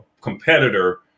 competitor